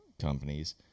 companies